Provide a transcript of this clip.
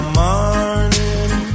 morning